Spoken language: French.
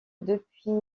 depuis